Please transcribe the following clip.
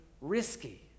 risky